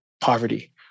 poverty